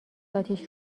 اتیش